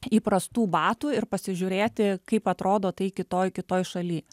įprastų batų ir pasižiūrėti kaip atrodo tai kitoj kitoj šaly